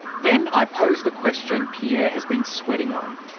then i pose the question pierre has been sweating on.